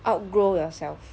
outgrow yourself